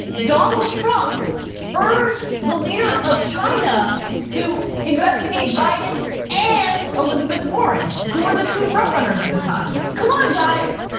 donald trump urged the leader of china to investigate biden and elizabeth warren, who are the two front runners at the time. come on guys,